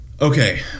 Okay